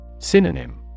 Synonym